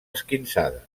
esquinçades